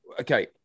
Okay